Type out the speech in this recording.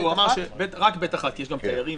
רק ב'1, כי יש גם תיירים.